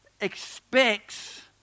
expects